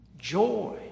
joy